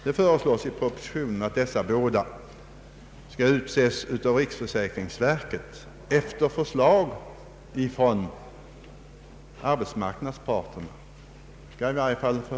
I propositionen föreslås vidare att dessa två ledamöter skall utses av riksförsäkringsverket efter förslag från arbetsmarknadens parter.